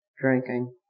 drinking